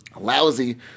lousy